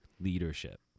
leadership